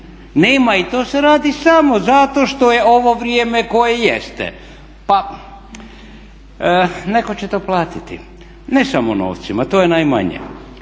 Nema i to se radi samo zato što je ovo vrijeme koje jeste, pa netko će to platiti ne samo novcima. To je najmanje.